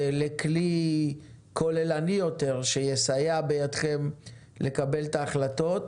לכלי כוללני יותר שיסייע בידכם לקבל את ההחלטות.